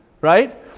Right